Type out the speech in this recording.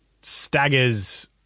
staggers